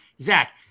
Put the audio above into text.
Zach